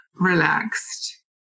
relaxed